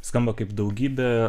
skamba kaip daugybė